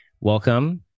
Welcome